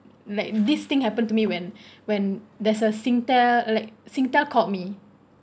like this thing happen to me when when there's a Singtel like Singtel called me